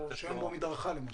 כמו מדרכה למשל.